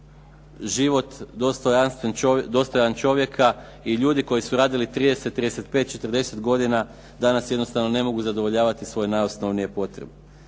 život dostojan čovjeka i ljudi koji su radili 30, 35, 40 godina danas jednostavno ne mogu zadovoljavati svoje najosnovnije potrebe.